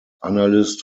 analyst